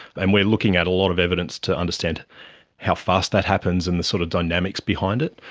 and we are looking at a lot of evidence to understand how fast that happens and the sort of dynamics behind it.